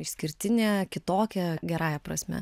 išskirtinė kitokia gerąja prasme